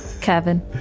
Kevin